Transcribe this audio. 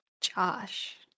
Josh